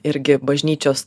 irgi bažnyčios